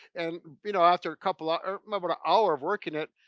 and you know after a couple ah or about an hour of working it,